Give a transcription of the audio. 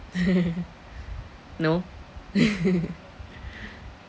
no